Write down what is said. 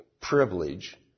privilege